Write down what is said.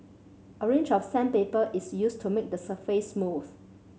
a range of sandpaper is used to make the surface smooth